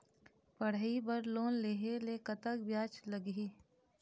पढ़ई बर लोन लेहे ले कतक ब्याज लगही?